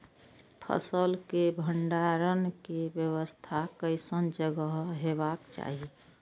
फसल के भंडारण के व्यवस्था केसन जगह हेबाक चाही?